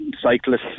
cyclists